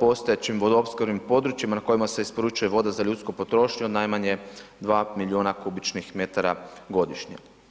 postojećim vodoopskrbnim područjima na kojima se isporučuje voda za ljudsku potrošnju od najmanje 2 miliona m3 godišnje.